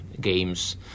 games